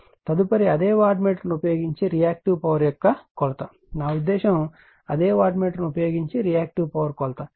తదుపరి అదే watt meter ఉపయోగించి రియాక్టివ్ పవర్ యొక్క కొలత నా ఉద్దేశ్యం అదే వాట్ మీటర్ ఉపయోగించి రియాక్టివ్ పవర్ కొలత